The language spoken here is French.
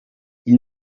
ils